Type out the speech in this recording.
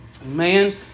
Amen